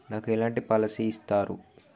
నాకు ఎలాంటి పాలసీ ఇస్తారు?